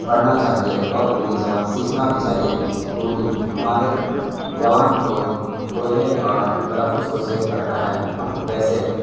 پڑھنا چاہیے اور اردو زبان سیکھنا بھی چاہیے اردو ہمارے زبان کو بولنے اور تلفظ کو صحیح کرتا ہے جیسے